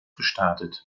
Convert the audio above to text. gestartet